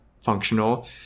functional